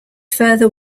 further